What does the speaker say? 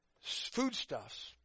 foodstuffs